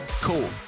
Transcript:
Cool